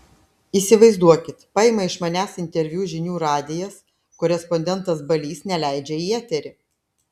įsivaizduokit paima iš manęs interviu žinių radijas korespondentas balys neleidžia į eterį